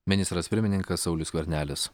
ministras pirmininkas saulius skvernelis